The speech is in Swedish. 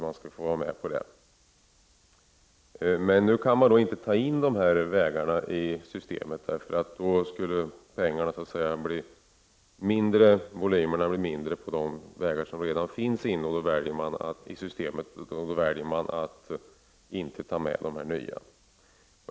Men nu går det inte att ta med de vägarna i systemet, eftersom volymerna av pengar för vägar som redan finns med i systemet skulle bli mindre. Då väljer man att inte ta med de nya vägarna.